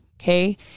okay